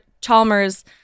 Chalmers